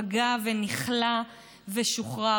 פגע ונכלא ושוחרר.